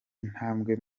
intambwe